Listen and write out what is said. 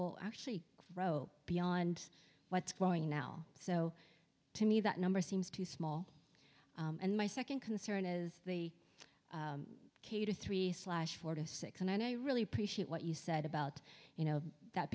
will actually rope beyond what's going on now so to me that number seems too small and my second concern is the k to three slash four to six and i really appreciate what you said about you know that